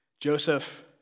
Joseph